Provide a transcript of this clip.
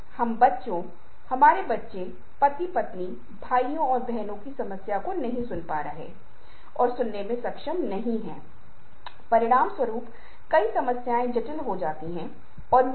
बहुत बार आप पाते हैं कि भीड़ भाड़ वाले शहर में एक सुनसान देर से बस में अगर 5 लोग हैं तो वे 5 अलग अलग कोनों में बैठे होंगे क्योंकि घंटों लोगों से बात करने के बाद और सामाजिकता के बाद वे एक दूसरे से बात करने के लिए इच्छुक नहीं हैं